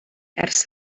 ers